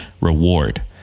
reward